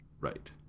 Right